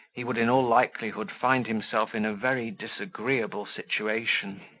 he would in all likelihood find himself in a very disagreeable situation.